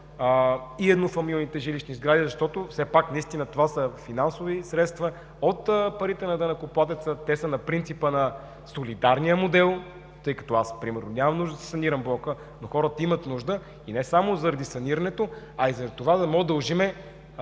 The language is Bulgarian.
и еднофамилните жилищни сгради. Все пак това са финансови средства от парите на данъкоплатеца, те са на принципа на солидарния модел. Аз примерно нямам нужда да си санирам блока, но хората имат нужда. Не само заради санирането, а и да можем да удължим